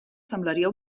semblaria